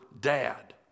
dad